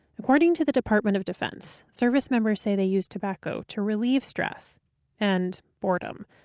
according to the department of defense, service members say they use tobacco to relieve stress and boredom.